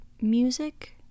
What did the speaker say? music